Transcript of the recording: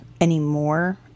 anymore